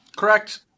correct